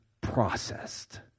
processed